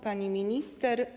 Pani Minister!